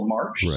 March